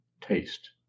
Taste